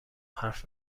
حرف